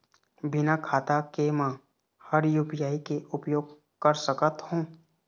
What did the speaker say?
बिना खाता के म हर यू.पी.आई के उपयोग कर सकत हो?